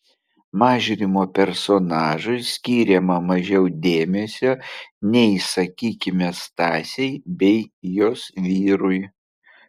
mažrimo personažui skiriama mažiau dėmesio nei sakykime stasei bei jos vyrui